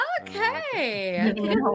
Okay